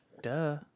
Duh